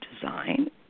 design